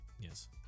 Yes